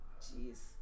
Jeez